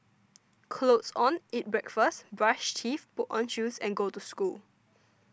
clothes on eat breakfast brush teeth put on shoes and go to school